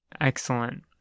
excellent